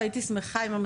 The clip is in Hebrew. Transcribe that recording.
והייתי שמחה להציג